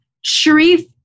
Sharif